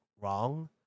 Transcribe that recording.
wrong